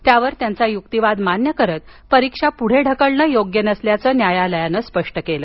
त्यावर त्यांचा युक्तिवाद मान्य करत परीक्षा पुढे ढकलणं योग्य नसल्याचं न्यायालयानं स्पष्ट केलं